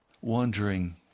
Wandering